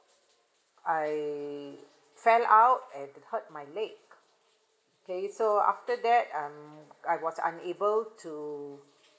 I fell out and hurt my leg okay so after that um I was unable to